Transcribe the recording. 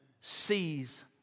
sees